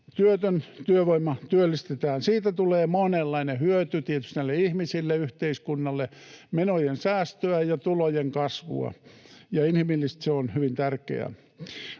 työtön työvoima työllistetään. Siitä tulee monenlainen hyöty: tietysti näille ihmisille, yhteiskunnalle, menojen säästöä ja tulojen kasvua, ja inhimillisesti se on hyvin tärkeää.